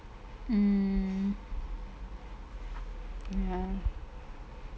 mm